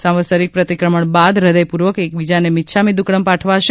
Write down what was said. સાંવત્સરિક પ્રતિક્રમણ બાદ હૃદયપૂર્વક એકબીજાને મિચ્છા મિ દ્વક્કડમ્ પાઠવાશે